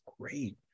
great